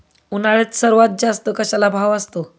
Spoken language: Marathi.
उन्हाळ्यात सर्वात जास्त कशाला भाव असतो?